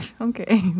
Okay